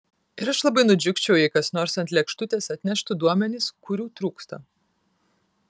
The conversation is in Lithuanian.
ir aš labai nudžiugčiau jei kas nors ant lėkštutės atneštų duomenis kurių trūksta